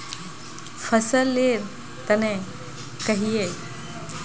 फसल लेर तने कहिए?